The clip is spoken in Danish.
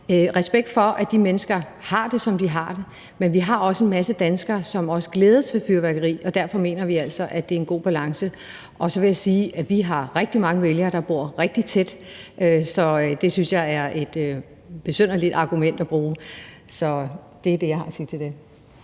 respekt for, at de mennesker har det, som de har det, men vi har også en masse danskere, som glædes ved fyrværkeri, og derfor mener vi altså, at det er en god balance. Så vil jeg sige, at vi har rigtig mange vælgere, der bor rigtig tæt, så det synes jeg er et besynderligt argument at bruge. Det er det, jeg har at sige til det.